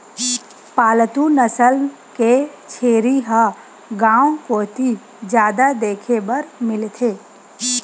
पालतू नसल के छेरी ह गांव कोती जादा देखे बर मिलथे